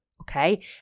okay